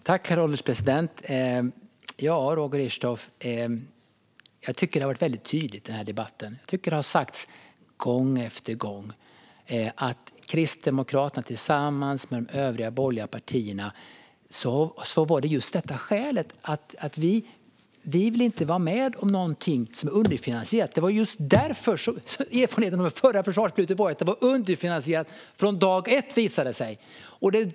Herr ålderspresident! Jag tycker att den här debatten har varit väldigt tydlig, Roger Richtoff. Det har gång efter gång sagts att Kristdemokraterna tillsammans med de övriga borgerliga partierna inte vill vara med om något som är underfinansierat. Erfarenheten av förra försvarsbeslutet var ju att det var underfinansierat från dag ett.